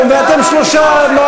ואתם במקביל נואמים עוד שלושה נאומים.